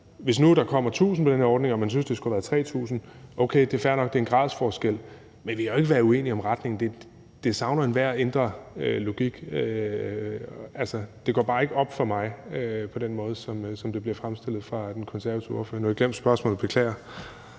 Hvis der nu kommer 1.000 på den her ordning og man synes, det skulle have været 3.000, kan vi godt diskutere det, for okay, det er fair nok, det er en gradsforskel, men vi kan jo ikke være uenige om retningen. Det savner enhver indre logik. Altså, det går bare ikke op for mig, sådan som det bliver fremstillet af den konservative ordfører. Nu har jeg glemt spørgsmålet – jeg beklager.